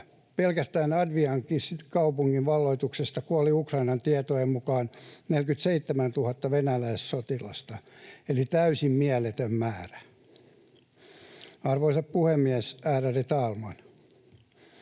Pelkästään Avdijivkan kaupungin valloituksessa kuoli Ukrainan tietojen mukaan 47 000 venäläissotilasta eli täysin mieletön määrä. Arvoisa puhemies, äräde talman!